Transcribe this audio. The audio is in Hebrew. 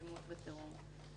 אלימות וטרור.